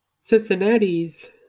Cincinnati's